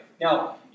Now